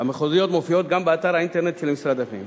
המחוזיות מופיעות גם באתר האינטרנט של משרד הפנים,